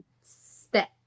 step